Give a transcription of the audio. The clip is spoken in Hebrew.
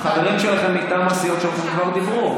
חברים, החברים שלכם מטעם הסיעות כבר דיברו.